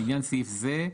לעניין סעיף זה,